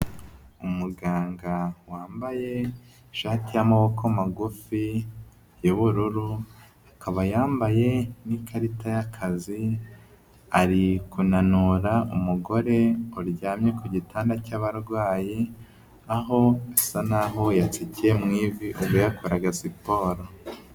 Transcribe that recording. Umuganga wambaye ishati y'amaboko magufi y'ubururu, akaba yambaye n'ikarita y'akazi ari kunanura umugore uryamye ku gitanda cy'abarwayi, aho asa n'aho yatsikiye mu ivi ubwo yakoraga siporo.